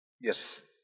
Yes